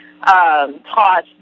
taught